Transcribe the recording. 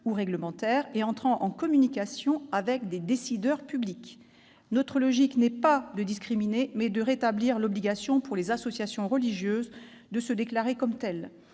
ou réglementaire, et entrant en communication avec des décideurs publics. Notre logique n'est pas de discriminer, mais de rétablir l'obligation pour les associations religieuses de se déclarer comme telles.